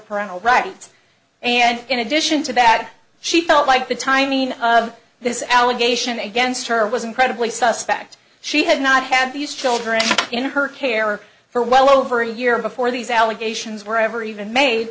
parental rights and in addition to bad she felt like the timing of this allegation against her was incredibly suspect she had not had these children in her care for well over a year before these allegations were ever even ma